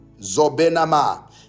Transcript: Zobenama